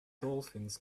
dolphins